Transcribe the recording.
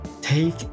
take